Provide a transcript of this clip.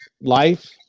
life